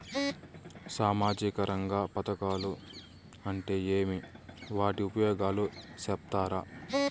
సామాజిక రంగ పథకాలు అంటే ఏమి? వాటి ఉపయోగాలు సెప్తారా?